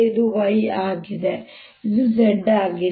ಇದು y ಆಗಿದೆ ಇದು z ಆಗಿದೆ